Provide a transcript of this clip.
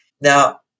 Now